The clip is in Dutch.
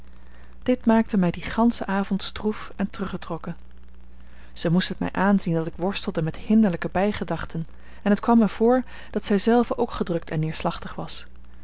dit maakte mij dien ganschen avond stroef en teruggetrokken zij moest het mij aanzien dat ik worstelde met hinderlijke bijgedachten en het kwam mij voor dat zij zelve ook gedrukt en neerslachtig was